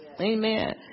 Amen